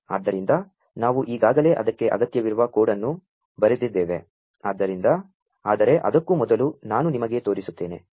ಆದ್ದರಿಂ ದ ನಾ ವು ಈಗಾ ಗಲೇ ಅದಕ್ಕೆ ಅಗತ್ಯ ವಿರು ವ ಕೋ ಡ್ ಅನ್ನು ಬರೆದಿದ್ದೇ ವೆ ಆದರೆ ಅದಕ್ಕೂ ಮೊದಲು ನಾ ನು ನಿಮಗೆ ತೋ ರಿಸು ತ್ತೇ ನೆ